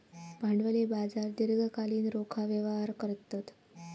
भांडवली बाजार दीर्घकालीन रोखा व्यवहार करतत